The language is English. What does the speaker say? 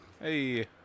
Hey